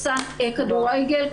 כדורגל,